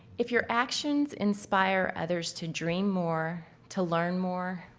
if your actions inspire others to dream more, to learn more,